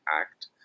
act